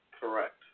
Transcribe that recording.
Correct